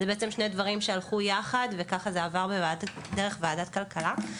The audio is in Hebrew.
אלה שני דברים שהלכו יחד וככה זה עבר דרך ועדת הכלכלה.